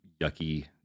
yucky